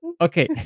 okay